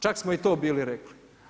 Čak smo i to bili rekli.